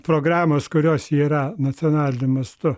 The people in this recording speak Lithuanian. programos kurios yra nacionaliniu mastu